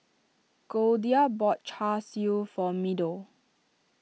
Goldia bought Char Siu for Meadow